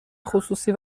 خصوصی